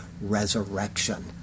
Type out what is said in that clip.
resurrection